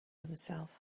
himself